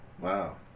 Wow